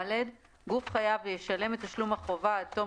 (ד)גוף חייב ישלם את תשלום החובה עד תום